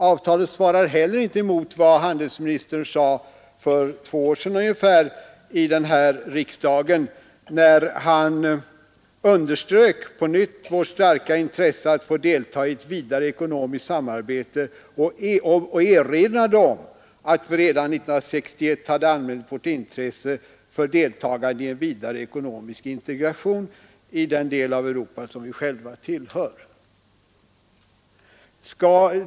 Avtalet svarar heller inte emot vad handelsministern sade för ungefär två år sedan i den här frågan, när han underströk på nytt vårt starka intresse att få delta i ett vidare ekonomiskt samarbete och erinrade om att vi redan 1961 hade anmält vårt intresse för deltagande i en vidare ekonomisk integration i den del av Europa som vi själva tillhör.